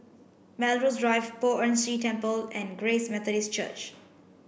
Melrose Drive Poh Ern Shih Temple and Grace Methodist Church